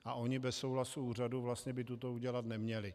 A oni bez souhlasu úřadu vlastně by toto udělat neměli.